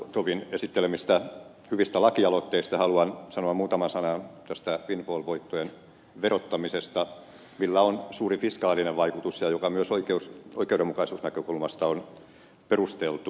filatovin esittelemistä hyvistä lakialoitteista haluan sanoa muutaman sanan liittyen windfall voittojen verottamiseen jolla on suuri fiskaalinen vaikutus ja joka myös oikeudenmukaisuusnäkökulmasta on perusteltu